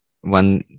one